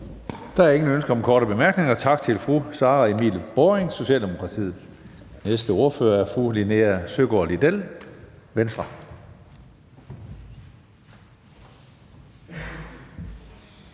Der er ingen ønsker om korte bemærkninger. Tak til fru Sara Emil Baaring, Socialdemokratiet. Næste ordfører er fru Linea Søgaard-Lidell, Venstre.